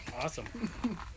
Awesome